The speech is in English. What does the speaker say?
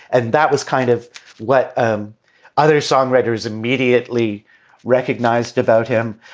and that was kind of what um other songwriters immediately recognized about him.